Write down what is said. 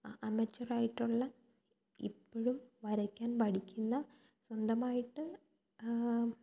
അമച്വറായിട്ടുള്ള ഇപ്പോഴും വരയ്ക്കാന് പഠിക്കുന്ന സ്വന്തമായിട്ട്